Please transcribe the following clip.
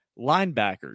Linebackers